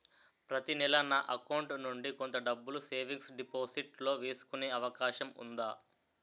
ప్రతి నెల నా అకౌంట్ నుండి కొంత డబ్బులు సేవింగ్స్ డెపోసిట్ లో వేసుకునే అవకాశం ఉందా?